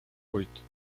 oito